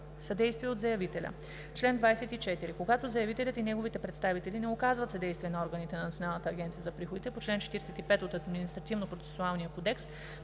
„Съдействие от заявителя Чл. 24. Когато заявителят и неговите представители не оказват съдействие на органите на Националната агенция за приходите по чл. 45 от Административнопроцесуалния кодекс,